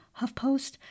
HuffPost